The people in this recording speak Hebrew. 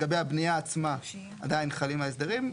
לגבי הבנייה עצמה עדיין חלים ההסדרים,